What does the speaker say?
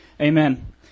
Amen